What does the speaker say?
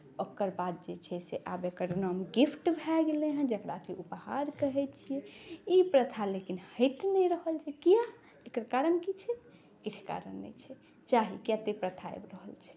ओकर बाद जे छै से आब एकर नाम गिफ्ट भए गेलै हेँ जकरा कि उपहार कहैत छियै ई प्रथा लेकिन हटि नहि रहल छै किया एकर कारण की छै किछु कारण नहि छै चाही किया तऽ ई प्रथा आबि रहल छै